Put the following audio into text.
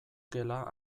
gela